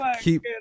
keep